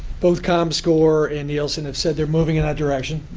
both comscore and nielsen have said they're moving in that direction.